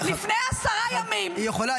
לפני עשרה ימים --- היא יכולה,